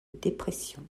dépression